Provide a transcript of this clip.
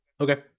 Okay